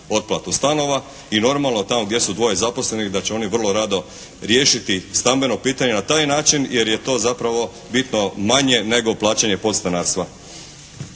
otplatu stanova i normalno tamo gdje su dvoje zaposlenih da će oni vrlo rado riješiti stambeno pitanje na taj način jer je to zapravo bitno manje nego plaćanje podstanarstva.